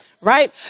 right